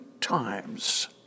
times